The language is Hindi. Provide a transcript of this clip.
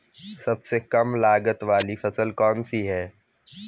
सबसे कम लागत वाली फसल कौन सी है?